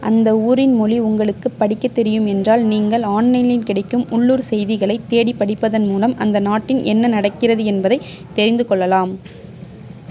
அந்த ஊரின் மொழி உங்களுக்குப் படிக்கத் தெரியும் என்றால் நீங்கள் ஆன்லைனில் கிடைக்கும் உள்ளூர் செய்திகளைத் தேடிப் படிப்பதன் மூலம் அந்த நாட்டின் என்ன நடக்கிறது என்பதைத் தெரிந்துக்கொள்ளலாம்